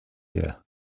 year